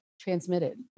transmitted